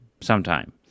sometime